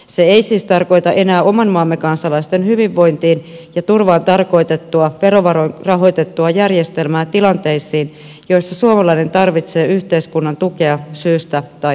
se ei siis tarkoita enää oman maamme kansalaisten hyvinvointiin ja turvaan tarkoitettua verovaroin rahoitettua järjestelmää tilanteisiin joissa suomalainen tarvitsee yhteiskunnan tukea syystä tai toisesta